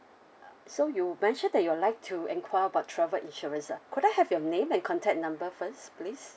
uh so you mentioned that you'd like to enquire about travel insurance ah could I have your name and contact number first please